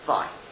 Fine